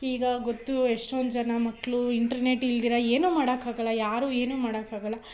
ಈಗ ಗೊತ್ತು ಎಷ್ಟೊಂದು ಜನ ಮಕ್ಕಳು ಇಂಟ್ರನೇಟ್ ಇಲ್ದಿರ ಏನೂ ಮಾಡೋಕ್ಕಾಗಲ್ಲ ಯಾರೂ ಏನು ಮಾಡೋಕ್ಕಾಗಲ್ಲ